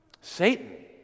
Satan